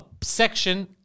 section